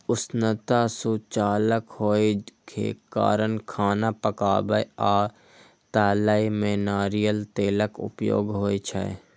उष्णता सुचालक होइ के कारण खाना पकाबै आ तलै मे नारियल तेलक उपयोग होइ छै